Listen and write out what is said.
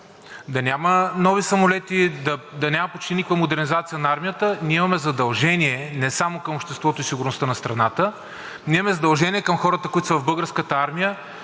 да няма нови самолети, да няма почти никаква модернизация на армията. Ние имаме задължение не само към обществото и сигурността на страната, ние имаме задължение към хората, които са в Българската армия,